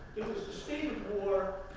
state of war,